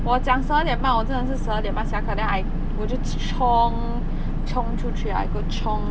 我讲十二点半我真的是十二点半下课 then I 我就 chu~ chiong chiong 出去 I go chiong